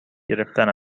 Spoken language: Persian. گرفتن